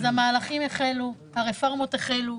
אז המהלכים החלו, הרפורמות החלו.